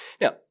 Now